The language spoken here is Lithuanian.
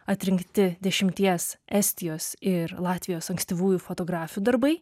atrinkti dešimties estijos ir latvijos ankstyvųjų fotografių darbai